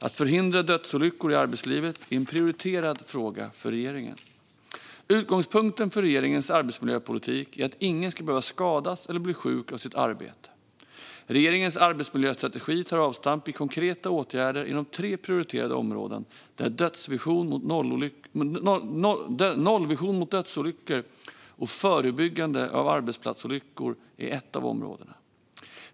Att förhindra dödsolyckor i arbetslivet är en prioriterad fråga för regeringen. Utgångspunkten för regeringens arbetsmiljöpolitik är att ingen ska behöva skadas eller bli sjuk av sitt arbete. Regeringens arbetsmiljöstrategi tar avstamp i konkreta åtgärder inom tre prioriterade områden där nollvision mot dödsolyckor och förebyggande av arbetsolyckor är ett av områdena.